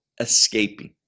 escaping